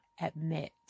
admit